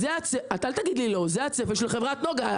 אל תגיד לי לא, זה הצפי של חברת נגה.